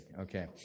Okay